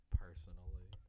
personally